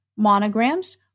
monograms